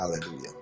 Hallelujah